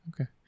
okay